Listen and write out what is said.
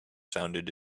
sounded